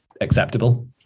acceptable